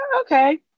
okay